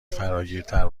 فراگیرتر